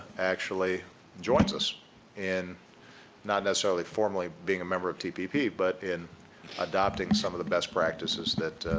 actually joins us in not necessarily formerly being a member of ttp but in adopting some of the best practices that